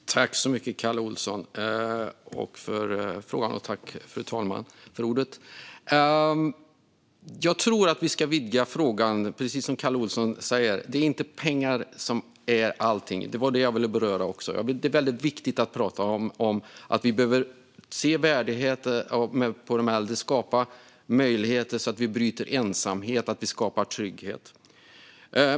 Fru talman! Jag tackar Kalle Olsson för frågan. Jag tror att vi ska vidga frågan, precis som Kalle Olsson säger. Jag ville beröra att pengar inte är allt utan att det är väldigt viktigt att prata om att vi behöver ge de äldre värdighet och skapa möjlighet att bryta ensamheten och skapa trygghet.